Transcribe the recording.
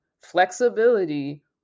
flexibility